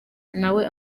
nawe